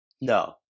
No